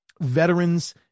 veterans